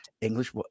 English